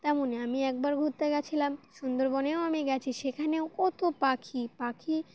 তেমন আমি একবার ঘুরতে গিয়েছিলাম সুন্দরবনেও আমি গেছি সেখানেও কত পাখি পাখি